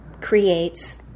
creates